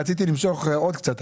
רציתי למשוך עוד קצת,